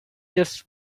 just